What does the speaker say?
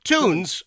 Tunes